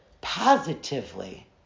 positively